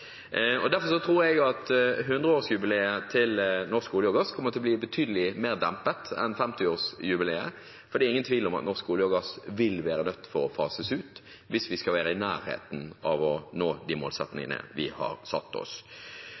Derfor tror jeg at 100-årsjubileet til Norsk olje og gass kommer til å bli betydelig mer dempet enn 50-årsjubileet, for det er ingen tvil om at norsk olje og gass vil bli nødt til å fases ut hvis vi skal være i nærheten av å nå de målsettingene vi har satt oss.